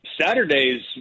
Saturdays